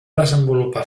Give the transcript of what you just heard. desenvolupar